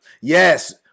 Yes